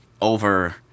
over